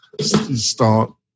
start